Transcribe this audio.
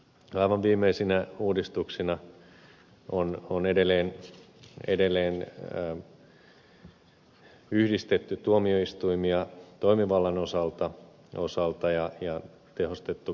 aivan viimeisinä uudistuksina on edelleen yhdistetty tuomioistuimia toimivallan osalta ja tehostettu käräjäoikeusverkkoa